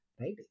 right